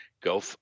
go